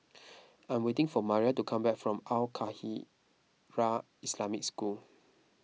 I am waiting for Maria to come back from Al Khairiah Islamic School